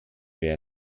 werden